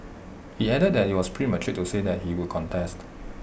he added that IT was premature to say that he would contest